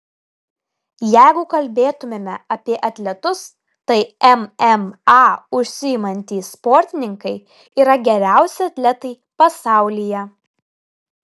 jeigu kalbėtumėme apie atletus tai mma užsiimantys sportininkai yra geriausi atletai pasaulyje